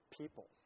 people